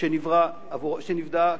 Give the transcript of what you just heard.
שנבנה עבורם.